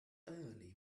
early